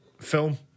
film